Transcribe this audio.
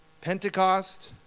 Pentecost